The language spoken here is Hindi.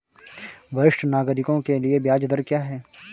वरिष्ठ नागरिकों के लिए ब्याज दर क्या हैं?